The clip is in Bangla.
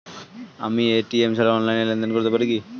আমি এ.টি.এম ছাড়া অনলাইনে লেনদেন করতে পারি কি?